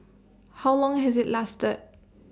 how long has IT lasted